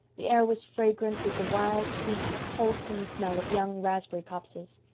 the air was fragrant with the wild, sweet, wholesome smell of young raspberry copses.